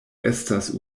estas